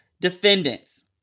defendants